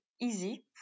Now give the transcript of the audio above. easy